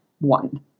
one